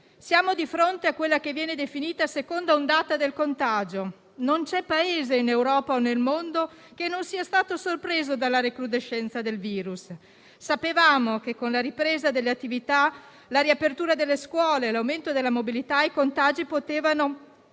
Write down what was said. Siamo di fronte a quella che viene definita seconda ondata del contagio; non c'è Paese in Europa o nel mondo che non sia stato sorpreso dalla recrudescenza del virus. Sapevamo che con la ripresa delle attività, la riapertura delle scuole e l'aumento della mobilità i contagi potevano